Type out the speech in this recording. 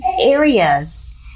areas